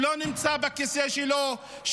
שלא נמצא בכיסא שלו,